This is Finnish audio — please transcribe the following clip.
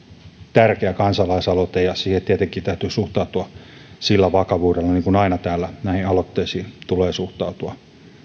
tärkeä kansalaisaloite ja siihen tietenkin täytyy suhtautua sillä vakavuudella kuin aina täällä näihin aloitteisiin tulee suhtautua